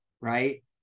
Right